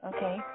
Okay